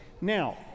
Now